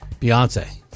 Beyonce